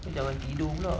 saya dah bagi tidur